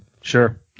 Sure